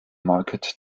market